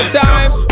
time